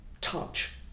touch